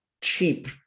cheap